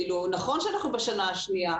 נכון שא נחנו בשנה השניה,